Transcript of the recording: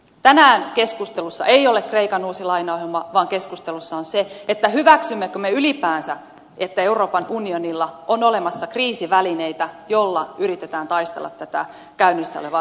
tänään keskustelussa ei ole kreikan uusi lainaohjelma vaan keskustelussa on se hyväksymmekö me ylipäänsä että euroopan unionilla on olemassa kriisivälineitä joilla yritetään taistella tätä käynnissä olevaa talouskriisiä vastaan